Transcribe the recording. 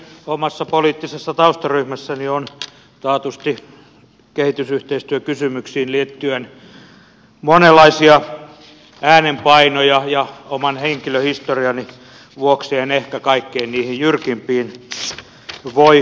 omassa poliittisessa taustaryhmässäni on taatusti kehitysyhteistyökysymyksiin liittyen monenlaisia äänenpainoja ja oman henkilöhistoriani vuoksi en ehkä kaikkiin niihin jyrkimpiin voi yhtyä